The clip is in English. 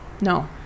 No